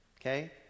Okay